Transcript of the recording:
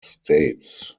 states